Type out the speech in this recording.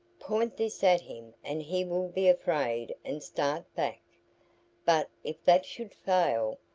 point this at him and he will be afraid and start back but if that should fail,